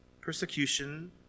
Persecution